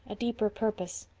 a deeper purpose.